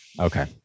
Okay